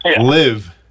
live